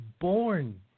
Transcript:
born